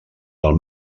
del